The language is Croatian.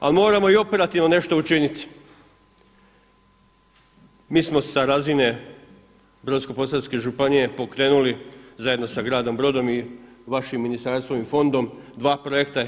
Ali moramo i operativno nešto učiniti, mi smo sa razine Brosko-posavske županije pokrenuli zajedno sa gradom Brodom i vašim ministarstvom i fondom dva projekta.